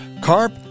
carp